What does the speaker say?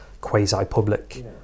quasi-public